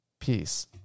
Peace